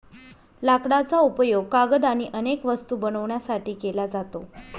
लाकडाचा उपयोग कागद आणि अनेक वस्तू बनवण्यासाठी केला जातो